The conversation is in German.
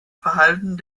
verhalten